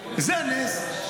זה נס.